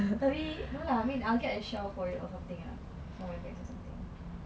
tapi no lah I mean I'll get a shelf for it or something lah for my bags or something